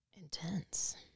intense